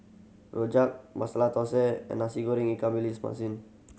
rojak Masala Thosai and Nasi Goreng ikan masin